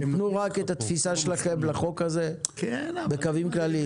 תנו רק התפיסה שלכם לחוק הזה בקווים כלליים.